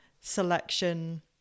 selection